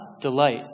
delight